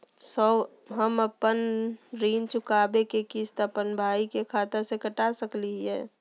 हम अपन ऋण चुकौती के किस्त, अपन भाई के खाता से कटा सकई हियई?